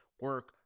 Work